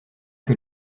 que